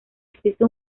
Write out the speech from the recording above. existe